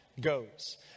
goes